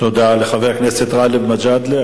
תודה לחבר הכנסת גאלב מג'אדלה.